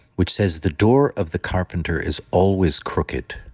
which says, the door of the carpenter is always crooked,